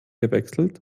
gewechselt